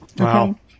okay